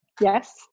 Yes